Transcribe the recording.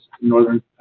northern